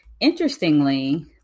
Interestingly